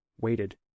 waited